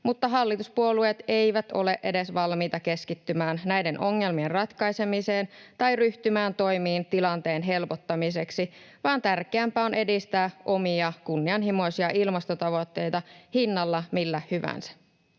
mutta hallituspuolueet eivät ole edes valmiita keskittymään näiden ongelmien ratkaisemiseen tai ryhtymään toimiin tilanteen helpottamiseksi, vaan tärkeämpää on edistää omia kunnianhimoisia ilmastotavoitteita hinnalla millä hyvänsä.